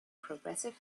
progressive